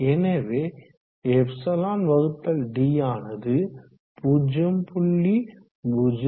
எனவே εd ஆனது 0